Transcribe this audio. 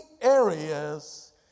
areas